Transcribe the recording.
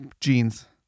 Jeans